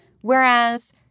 Whereas